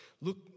look